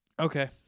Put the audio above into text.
Okay